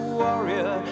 warrior